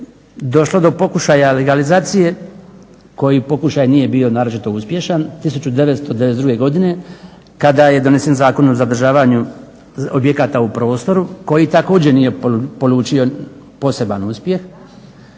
došlo do pokušaja legalizacije, koji pokušaj nije bio naročito uspješan 1992. godine kada je donesen Zakon o zadržavanju objekata u prostoru, koji također nije polučio poseban uspjeh.